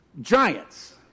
giants